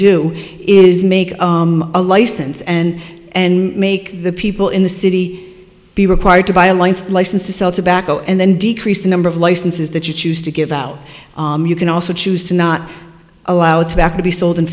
do is make a license and and make the people in the city be required to buy alliance license to sell tobacco and then decrease the number of licenses that you choose to give out you can also choose to not allow its back to be sold